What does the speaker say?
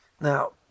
Now